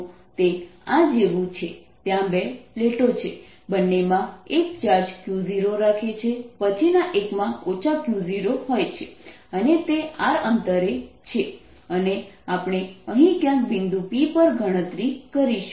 તો તે આ જેવું છે ત્યાં બે પ્લેટો છે બંનેમાં એક ચાર્જ Q0 રાખે છે પછીના એકમાં Q0હોય છે અને તે R અંતરે છે અને આપણે અહીં ક્યાંક બિંદુ P પર ગણતરી કરીશું